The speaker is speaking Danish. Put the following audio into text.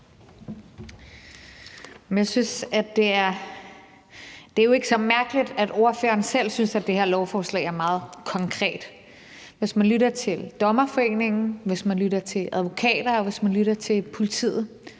Det er jo ikke så mærkeligt, at ordføreren selv synes, at det her lovforslag er meget konkret. Hvis man lytter til Dommerforeningen, hvis man lytter